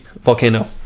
volcano